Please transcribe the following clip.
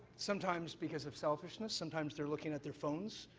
sometimes because of selfishness, sometimes they're looking at their phones,